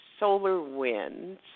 SolarWinds